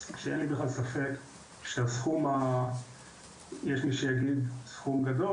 שאין לי בכלל ספק שהסכום יש מי שיגיד "סכום גדול",